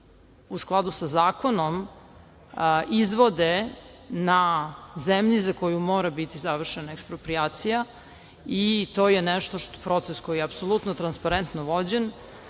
u skladu sa zakonom, izvode na zemlji za koju mora biti završena eksproprijacija i to je proces koji je apsolutno transparentno vođen